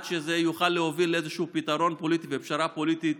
שזה יוכל להוביל לאיזשהו פתרון פוליטי ופשרה פוליטית